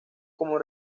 como